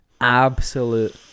absolute